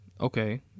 Okay